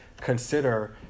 consider